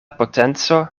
potenco